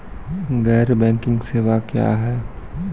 गैर बैंकिंग सेवा क्या हैं?